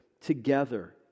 together